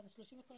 בבקשה.